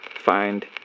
find